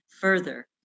Further